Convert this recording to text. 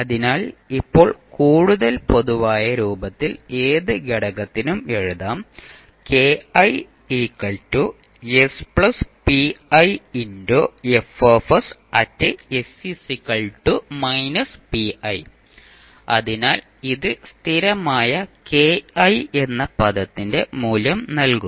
അതിനാൽ ഇപ്പോൾ കൂടുതൽ പൊതുവായ രൂപത്തിൽ ഏത് ഘടകത്തിനും എഴുതാം അതിനാൽ ഇത് സ്ഥിരമായ എന്ന പദത്തിന്റെ മൂല്യം നൽകും